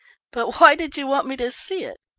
but why did you want me to see it?